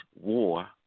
war